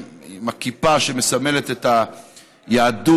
עם הכיפה שמסמלת את היהדות,